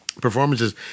performances